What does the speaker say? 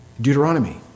Deuteronomy